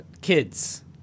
kids